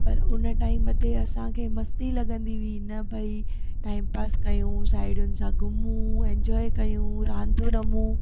पर उन टाइम ते असांखे मस्ती लॻंदी हुई न भई टाइमपास कयूं साहेड़ियुनि सां घुमूं इंजॉय कयूं रांदो रमूं